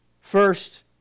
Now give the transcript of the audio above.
First